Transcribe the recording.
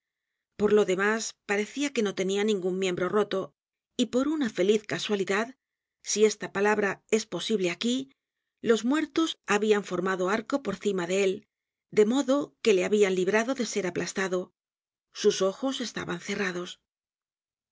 por lo demás parecia que no tenia ningun miembro roto y por una feliz casualidad si esta palabra es posible aquí los muertos habían formado arco por cima de él de modo que le habían librado de ser aplastado sus ojos estaban cerrados